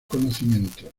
conocimientos